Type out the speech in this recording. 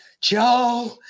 joe